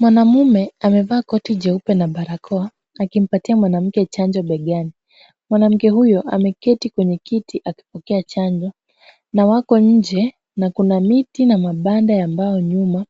Mwanamume amevaa koti jeupe na barakoa, akimpatia mwanamke chanjo begani. Mwanamke huyo ameketi kwenye kiti akipokea chanjo na wako nje na kuna miti na mabanda ya mbao nyuma